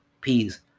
peace